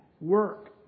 work